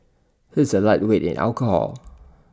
he is A lightweight in alcohol